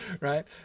Right